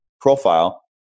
profile